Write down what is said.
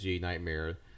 Nightmare